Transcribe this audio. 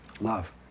Love